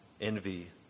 envy